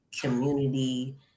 community